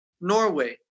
Norway